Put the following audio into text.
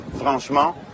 franchement